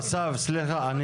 אסף, אני